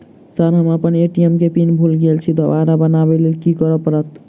Sir हम अप्पन ATM केँ पिन भूल गेल छी दोबारा बनाबै लेल की करऽ परतै?